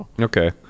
Okay